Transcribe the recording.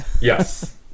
Yes